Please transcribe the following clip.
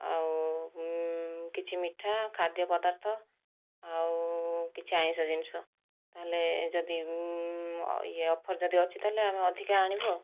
ଆଉ କିଛି ମିଠା ଖାଦ୍ୟ ପଦାର୍ଥ ଆଉ କିଛି ଆଇଁଷ ଜିନିଷ ତାହେଲେ ଯଦି ୟେ ଅଫର୍ ଯଦି ଅଛି ତାହେଲେ ଆମେ ଅଧିକା ଆଣିବୁ ଆଉ